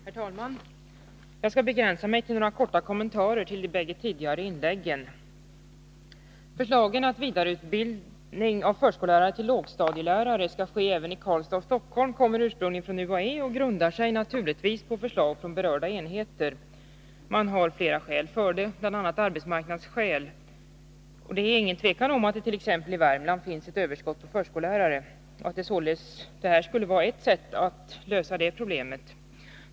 Herr talman! Jag skall begränsa mig till några korta kommentarer till de bägge tidigare inläggen. Förslagen om att vidareutbildning av förskollärare till lågstadielärare skall ske även i Karlstad och Stockholm kommer ursprungligen från UHÄ och grundar sig naturligtvis på förslag från berörda enheter. Man har flera skäl för det, bl.a. arbetsmarknadsskäl. Det är inget tvivel om att det t.ex. i Värmland finns överskott på förskollärare, och att vidareutbildningen således skulle vara ett sätt att lösa det problemet.